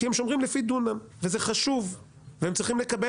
כי הם שומרים לפי דונם וזה חשוב והם צריכים לקבל